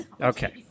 Okay